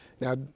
Now